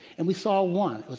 and we saw one,